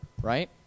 right